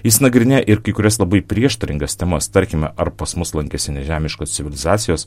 jis nagrinėja ir kai kurias labai prieštaringas temas tarkime ar pas mus lankėsi nežemiškos civilizacijos